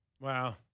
Wow